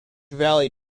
valley